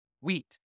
wheat